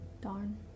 Darn